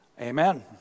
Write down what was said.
Amen